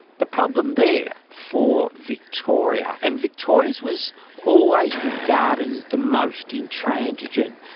the problem there for victoria, and victoria's was always regarded as the most intransigent,